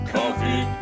Coffee